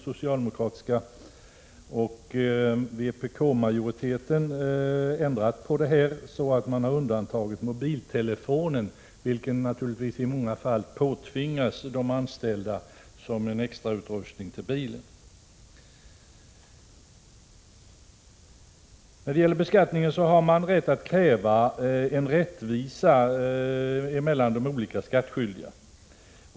Socialdemokraterna och vpk i utskottet har ändrat detta så att man undantagit mobiltelefon, vilken naturligtvis i många fall påtvingas de anställda såsom en extrautrustning till bilen. Man har rätt att kräva rättvisa i beskattningen.